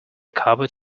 carpet